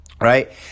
right